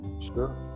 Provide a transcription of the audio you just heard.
Sure